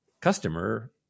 customer